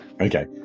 Okay